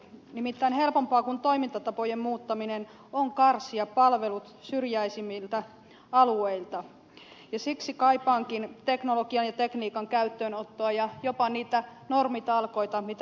nimittäin helpompaa kuin toimintatapojen muuttaminen on karsia palvelut syrjäisimmiltä alueilta ja siksi kaipaankin teknologian ja tekniikan käyttöönottoa ja jopa niitä normitalkoita mitä täällä manattiin